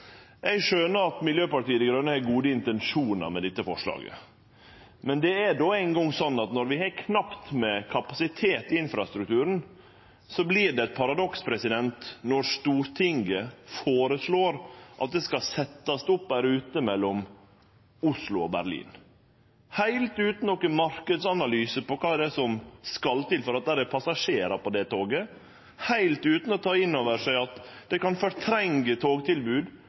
Eg skjønar at Miljøpartiet Dei Grøne har gode intensjonar med dette forslaget, men det er no eingong slik at når vi har knapt med kapasitet i infrastrukturen, vert det eit paradoks når Stortinget føreslår at det skal setjast opp ei rute mellom Oslo og Berlin, heilt utan nokon marknadsanalyse av kva det er som skal til for å få passasjerar på det toget, heilt utan å ta inn over seg at det kan fortrengje togtilbod